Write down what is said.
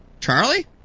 Charlie